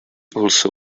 also